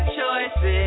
choices